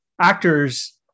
actors